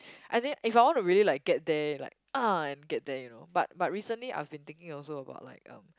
as in if I wanna really like get there like ah and get there you know but but recently I've been thinking also about like um